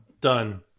done